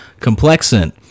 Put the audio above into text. complexant